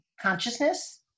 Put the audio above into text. consciousness